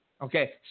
Okay